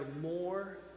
more